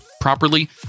properly